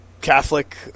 Catholic